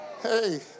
Hey